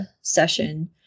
session